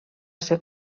ser